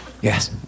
Yes